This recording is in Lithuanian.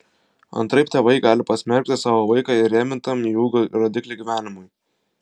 antraip tėvai gali pasmerkti savo vaiką įrėmintam į ūgio rodiklį gyvenimui